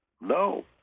No